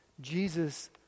Jesus